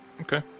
Okay